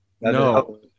no